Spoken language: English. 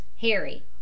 Harry